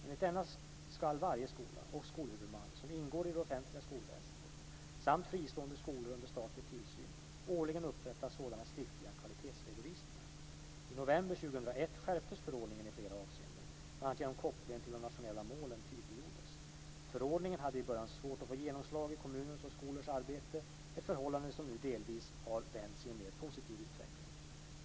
Enligt denna ska varje skola och skolhuvudman som ingår i det offentliga skolväsendet samt fristående skolor under statlig tillsyn årligen upprätta sådana skriftliga kvalitetsredovisningar. I november 2001 skärptes förordningen i flera avseenden, bl.a. genom att kopplingen till de nationella målen tydliggjordes. Förordningen hade i början svårt att få genomslag i kommunernas och skolornas arbete, men det är ett förhållande som nu delvis har vänts i en mer positiv utveckling.